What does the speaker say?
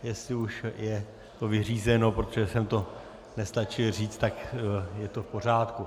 Jestli už je to vyřízeno, protože jsem to nestačil říct, tak je to v pořádku.